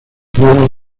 figuras